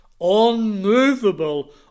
unmovable